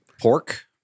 Pork